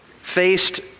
faced